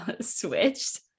switched